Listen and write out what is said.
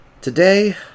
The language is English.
Today